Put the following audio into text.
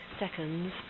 seconds